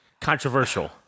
controversial